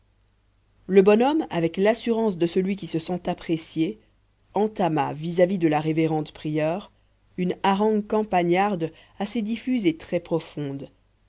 le bonhomme avec l'assurance de celui qui se sent apprécié entama vis-à-vis de la révérende prieure une harangue campagnarde assez diffuse et très profonde